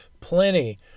plenty